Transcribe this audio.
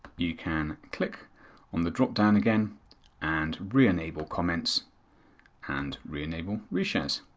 you can click on the dropdown again and reenable comments and reenable reshares.